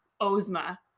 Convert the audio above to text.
Ozma